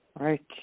right